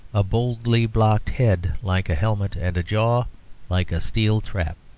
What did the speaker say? a boldly-blocked head like a helmet, and a jaw like a steel trap.